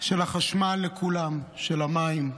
של החשמל לכולם, של המים,